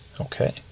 Okay